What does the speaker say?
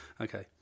Okay